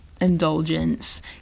indulgence